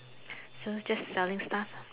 so just selling stuff